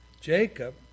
Jacob